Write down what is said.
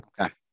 Okay